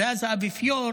ואז האפיפיור,